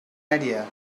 idea